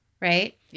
Right